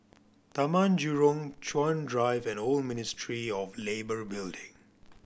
Taman Jurong Chuan Drive and Old Ministry of Labour Building